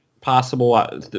possible